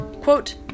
Quote